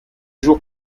jours